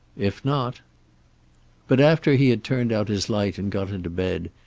if not but, after he had turned out his light and got into bed,